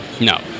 No